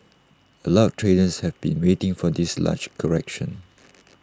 A lot of traders have been waiting for this large correction